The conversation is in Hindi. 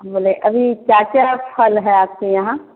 हम बोलें अभी क्या क्या फल है आपके यहाँ